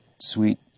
sweet